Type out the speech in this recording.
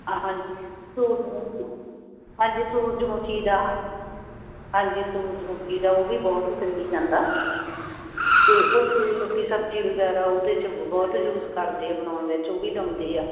ਹਾਂਜੀ ਸੂਰਜਮੁਖੀ ਹਾਂਜੀ ਸੂਰਜਮੁਖੀ ਦਾ ਹਾਂਜੀ ਹਾਂਜੀ ਸੂਰਜਮੁਖੀ ਦਾ ਉਹ ਵੀ ਬਹੁਤ ਚੱਲੀ ਜਾਂਦਾ ਅਤੇ ਉੱਥੇ ਲੋਕ ਸਬਜ਼ੀ ਵਗੈਰਾ ਉਹਦੇ 'ਚ ਬਹੁਤ ਯੂਜ ਕਰਦੇ ਆ ਬਣਾਉਣ ਵਿੱਚ ਉਹ ਵੀ ਲਾਉਂਦੇ ਆ